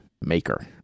maker